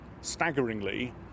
staggeringly